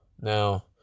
now